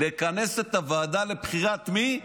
לכנס את הוועדה לבחירת מי?